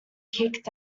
kicked